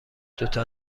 دوتا